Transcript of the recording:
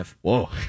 Whoa